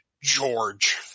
George